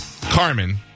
Carmen